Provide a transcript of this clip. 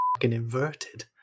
inverted